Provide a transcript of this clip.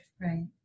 Right